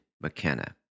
McKenna